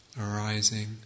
arising